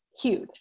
Huge